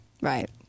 right